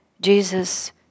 Jesus